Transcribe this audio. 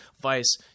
vice